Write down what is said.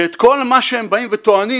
שאת כל מה שהם באים וטוענים,